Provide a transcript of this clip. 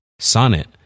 Sonnet